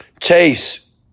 Chase